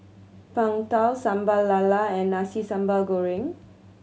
Png Tao Sambal Lala and Nasi Sambal Goreng